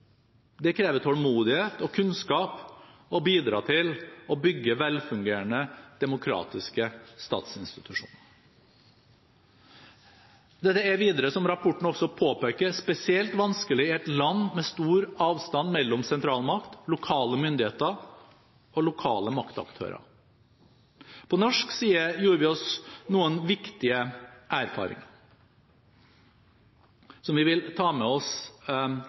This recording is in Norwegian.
Det krever tålmodighet og kunnskap å bidra til å bygge velfungerende, demokratiske statsinstitusjoner. Dette er videre, som rapporten også påpeker, spesielt vanskelig i et land med stor avstand mellom sentralmakt, lokale myndigheter og lokale maktaktører. På norsk side gjorde vi oss noen viktige erfaringer, som vi vil ta med oss